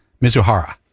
Mizuhara